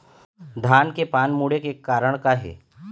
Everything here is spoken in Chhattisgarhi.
धान के पान मुड़े के कारण का हे?